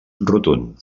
rotund